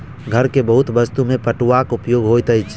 घर के बहुत वस्तु में पटुआक उपयोग होइत अछि